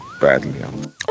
badly